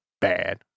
bad